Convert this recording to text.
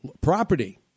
property